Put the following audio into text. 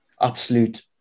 Absolute